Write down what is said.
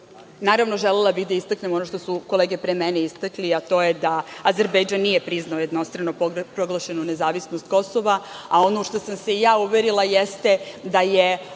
Naravno, želela bih da istaknem ono što su kolege pre mene istakle, a to je da Azerbejdžan nije priznao jednostrano proglašenu nezavisnost Kosova, a ono u šta sam se i ja uverila jeste da je